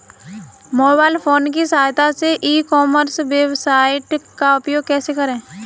Mobile phone की सहायता से ई कॉमर्स वेबसाइट का उपयोग कैसे करें?